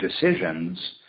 decisions